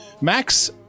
Max